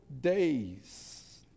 days